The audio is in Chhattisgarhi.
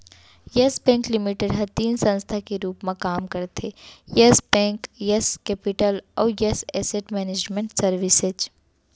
यस बेंक लिमिटेड ह तीन संस्था के रूप म काम करथे यस बेंक, यस केपिटल अउ यस एसेट मैनेजमेंट सरविसेज